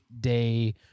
day